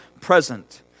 present